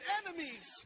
enemies